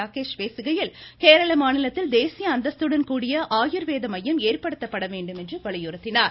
ராகேஷ் பேசுகையில் கேரள மாநிலத்தில் தேசிய அந்தஸ்துடன் கூடிய ஆயுர்வேத மையம் ஏற்படுத்தப்பட வேண்டும் என்று வலியுறுத்தினார்